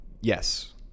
Yes